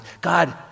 God